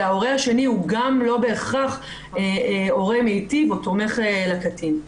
שההורה השני הוא גם לא בהכרח הורה מיטיב או תומך לקטין.